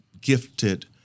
gifted